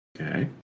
Okay